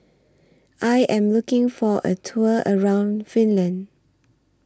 I Am looking For A Tour around Finland